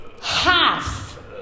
Half